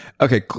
Okay